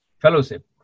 fellowship